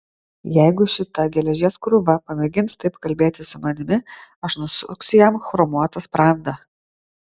jeigu šita geležies krūva pamėgins taip kalbėti su manimi aš nusuksiu jam chromuotą sprandą